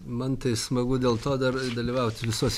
man tai smagu dėl to dar dalyvaut visose